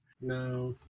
No